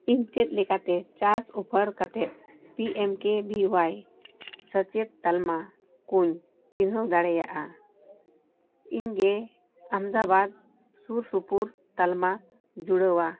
ᱤᱧ ᱪᱮᱫ ᱞᱮᱠᱟᱛᱮ ᱪᱟᱥ ᱚᱯᱷᱟᱨ ᱠᱟᱛᱮᱫ ᱯᱤ ᱮᱢ ᱠᱮ ᱵᱷᱤ ᱚᱣᱟᱭ ᱥᱮᱪᱮᱫ ᱛᱟᱞᱢᱟ ᱠᱚᱧ ᱪᱤᱱᱦᱟᱹᱣ ᱫᱟᱲᱮᱭᱟᱜᱼᱟ ᱤᱧᱜᱮ ᱟᱢᱮᱫᱟᱵᱟᱫᱽ ᱥᱩᱨᱼᱥᱩᱯᱩᱨ ᱛᱟᱞᱢᱟ ᱡᱩᱲᱟᱹᱣᱟ